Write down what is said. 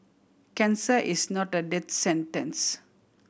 cancer is not a death sentence